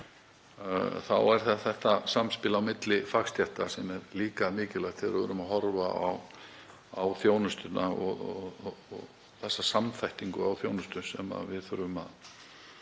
að þetta samspil á milli fagstétta er líka mikilvægt þegar við verðum að horfa á þjónustuna og samþættingu á þjónustu sem við þurfum að